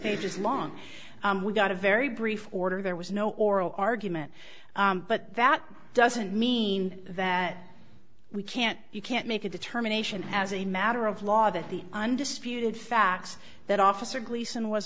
pages long we got a very brief order there was no oral argument but that doesn't mean that we can't you can't make a determination as a matter of law that the undisputed facts that officer gleason was